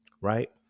right